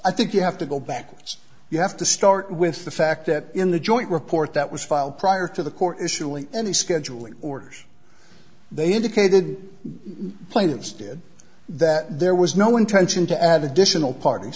i think you have to go back you have to start with the fact that in the joint report that was filed prior to the court issuing any scheduling orders they indicated players did that there was no intention to add additional parties